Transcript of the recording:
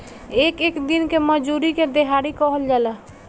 एक एक दिन के मजूरी के देहाड़ी कहल जाला